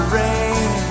rain